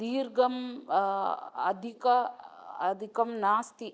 दीर्घम् अधिकम् अधिकं नास्ति